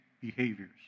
behaviors